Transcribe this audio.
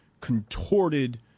contorted